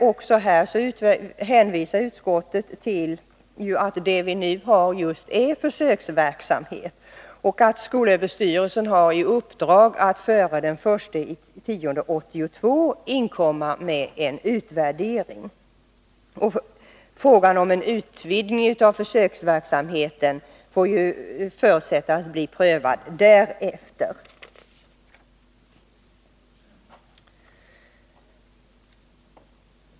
Också här hänvisar utskottet till att det vi nu har är just en försöksverksamhet och till att skolöverstyrelsen har i uppdrag att före den 1 oktober 1982 inkomma med en utvärdering. Frågan om en utvidgning av försöksverksamheten förutsätts bli prövad först därefter.